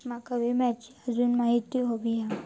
माका विम्याची आजून माहिती व्हयी हा?